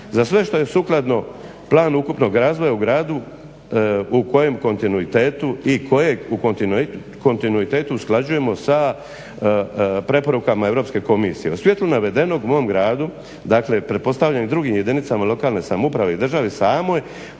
Za sve što je sukladno planu ukupnog razvoja u gradu u kojem i kojeg u kontinuitetu usklađujemo sa preporukama EU komisije. U svjetlu navedenog mom gradu dakle pretpostavljam i u drugim jedinicama lokalne samouprave i državi samoj